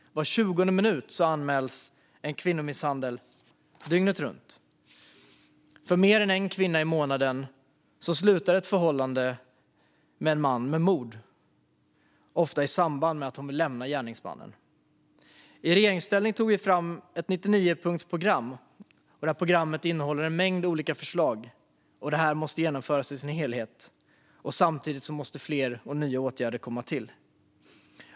Var 20:e minut anmäls en kvinnomisshandel, dygnet runt. För mer än en kvinna i månaden slutar ett förhållande med en man med att hon blir mördad, ofta i samband med att hon vill lämna gärningsmannen. I regeringsställning tog vi socialdemokrater fram ett 99-punktsprogram som innehåller förslag på många olika områden. Programmet måste genomföras i sin helhet, samtidigt som fler nya åtgärder måste komma till.